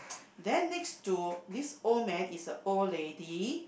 then next to this old man is a old lady